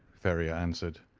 ferrier answered.